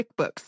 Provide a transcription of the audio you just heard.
QuickBooks